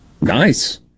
Nice